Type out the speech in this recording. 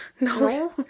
No